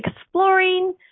exploring